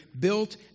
built